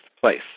place